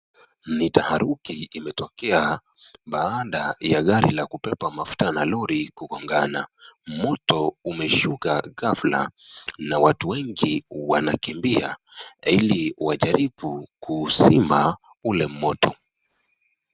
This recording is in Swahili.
Tahriki imetokea baada ya gari la kupepa mafuta na lori kugongana. Moto umeshuka ghafla na watu wengi wanakimbia ili wajaribu kuuzima ule moto.